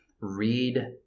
read